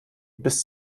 bis